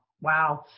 wow